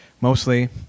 mostly